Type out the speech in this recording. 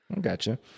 Gotcha